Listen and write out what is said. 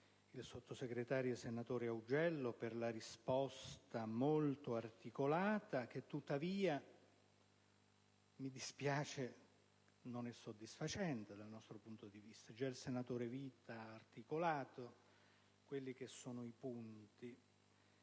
del sottosegretario Augello, per la risposta molto articolata, che tuttavia - mi dispiace - non è soddisfacente dal nostro punto di vista. Già il senatore Vita ha articolato le varie questioni.